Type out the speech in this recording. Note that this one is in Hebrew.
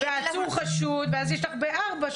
ב-(4)